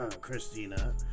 Christina